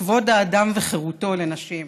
כבוד האדם וחירותו לנשים,